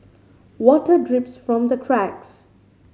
water drips from the cracks